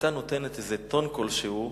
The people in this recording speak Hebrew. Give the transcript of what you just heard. היתה נותנת טון כלשהו,